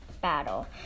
battle